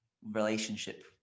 Relationship